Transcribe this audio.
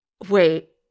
Wait